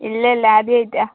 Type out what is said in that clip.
ഇല്ലില്ല ആദ്യമായിട്ടാണ്